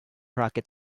rocket